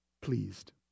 pleased